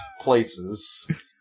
places